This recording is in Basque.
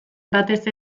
batez